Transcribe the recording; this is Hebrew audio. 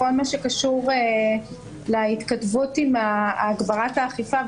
בכל מה שקשור להתכתבות על הגברת האכיפה.